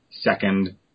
Second